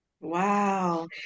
Wow